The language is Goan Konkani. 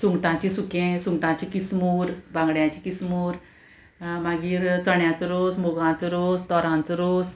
सुंगटांची सुकें सुंगटाची किसमूर बांगड्यांची किसमूर मागीर चण्याचो रोस मुगाचो रोस तोरांचो रोस